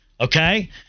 Okay